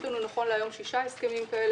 יש לנו נכון להיום שישה הסכמים כאלה